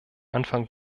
anfang